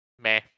Meh